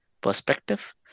perspective